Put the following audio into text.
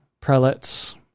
prelates